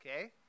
Okay